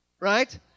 right